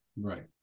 Right